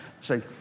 say